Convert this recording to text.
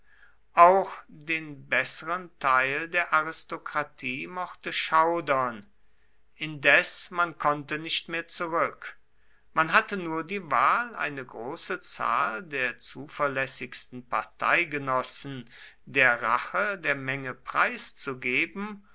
auch den besseren teil der aristokratie mochte schaudern indes man konnte nicht mehr zurück man hatte nur die wahl eine große zahl der zuverlässigsten parteigenossen der rache der menge preiszugeben